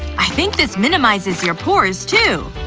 i think this minimizes your pores too!